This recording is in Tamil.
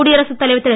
குடியரசுத் தலைவர் திரு